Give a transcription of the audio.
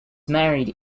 married